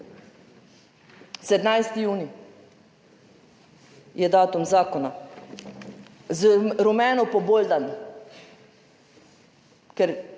17. Junij je datum zakona z rumeno poboldan, ker